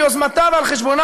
מיוזמתה ועל חשבונה,